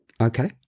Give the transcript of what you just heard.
Okay